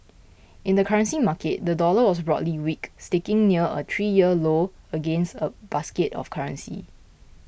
in the currency market the dollar was broadly weak sticking near a three year low against a basket of currencies